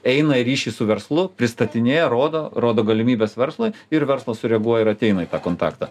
eina į ryšį su verslu pristatinėja rodo rodo galimybes verslui ir verslas sureaguoja ir ateina į tą kontaktą